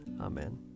Amen